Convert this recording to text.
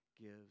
gives